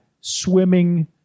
swimming